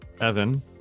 Evan